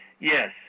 Yes